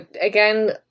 again